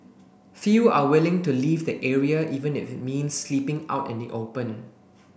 few are willing to leave the area even if it means sleeping out in the open